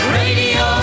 radio